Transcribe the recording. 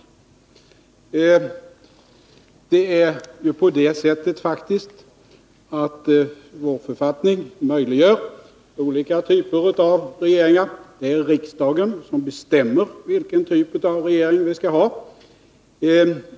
Men det är faktiskt på det sättet att vår författning möjliggör olika typer av regeringar. Det är riksdagen som bestämmer vilken typ av regering vi skall ha.